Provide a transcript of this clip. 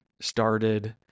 started